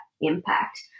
impact